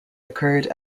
occurred